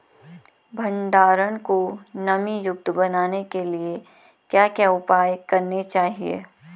भंडारण को नमी युक्त बनाने के लिए क्या क्या उपाय करने चाहिए?